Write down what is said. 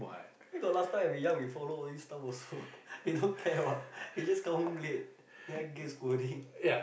where got last time when we young when we follow all these stuff also we don't care what we just come home late then get scolding